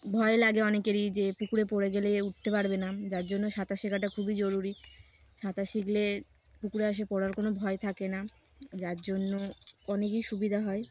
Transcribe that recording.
ভয় লাগে অনেকেরই যে পুকুরে পড়ে গেলে উঠতে পারবে না যার জন্য সাঁতার শেখাটা খুবই জরুরি সাঁতার শিখলে পুকুরে আসে পড়ার কোনো ভয় থাকে না যার জন্য অনেকই সুবিধা হয়